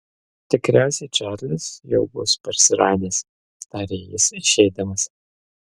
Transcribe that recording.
tikriausiai čarlis jau bus parsiradęs tarė jis išeidamas